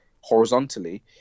horizontally